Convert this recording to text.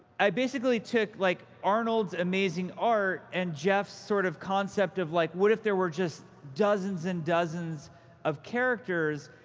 i basically took like arnold's amazing art and geoff's sort of concept of, like what if there were just dozens and dozens of characters?